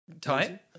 Time